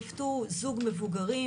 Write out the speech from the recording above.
כפתו זוג מבוגרים,